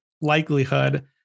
likelihood